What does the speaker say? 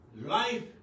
life